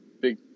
big